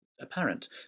apparent